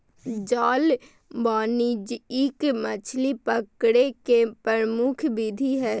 जाल वाणिज्यिक मछली पकड़े के प्रमुख विधि हइ